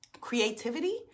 Creativity